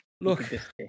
Look